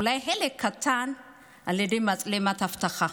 אולי חלק קטן על ידי מצלמת אבטחה.